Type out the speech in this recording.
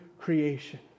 creation